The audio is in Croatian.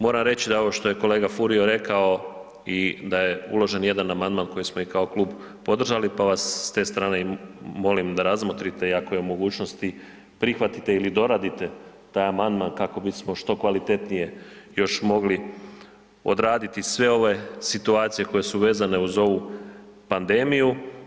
Moram reći da ovo što je kolega Furio rekao i da je uložen jedan amandman koji smo i kao klub podržali pa vas s te strane molim da razmotrite i ako je u mogućnosti prihvatite ili doradite taj amandman kako bismo što kvalitetnije još mogli odraditi sve situacije koje su vezane uz ovu pandemiju.